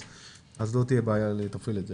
אז לא תהיה בעיה לתפעל את זה.